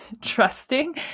trusting